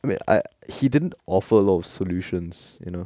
wait I he didn't offer a lot of solutions you know